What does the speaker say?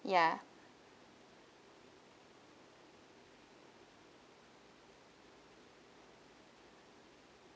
ya